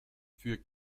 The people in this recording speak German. für